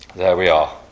yeah we are,